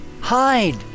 hide